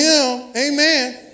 Amen